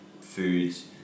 foods